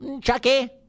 Chucky